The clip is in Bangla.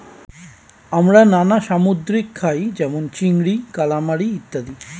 আমরা নানা সামুদ্রিক খাই যেমন চিংড়ি, কালামারী ইত্যাদি